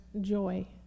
joy